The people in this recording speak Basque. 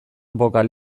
bokal